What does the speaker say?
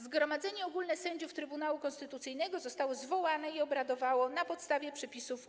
Zgromadzenie Ogólne Sędziów Trybunału Konstytucyjnego zostało zwołane i obradowało na podstawie przepisów